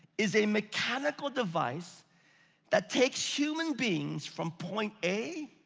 is a mechanical device that takes human begins from point a